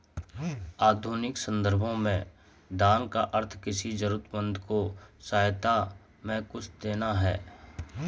आधुनिक सन्दर्भों में दान का अर्थ किसी जरूरतमन्द को सहायता में कुछ देना है